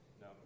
No